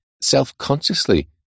self-consciously